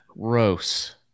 Gross